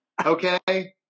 Okay